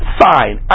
fine